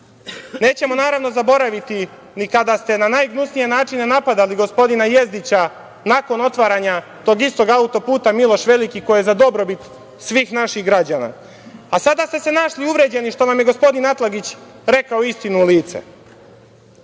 naravno zaboraviti ni kada ste na najgnusnije načine napadali gospodina Jezdića nakon otvaranja tog istog autoputa „Miloš Veliki“ koje za dobrobit svih naših građana, a sada ste se našli uvređeni što vam je gospodin Atlagić rekao istinu u